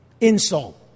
insult